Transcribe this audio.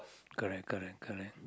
correct correct correct